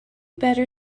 better